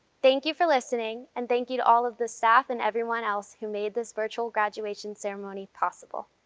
thank you for listening and thank you to all of the staff and everyone else who made this virtual graduation ceremony possible.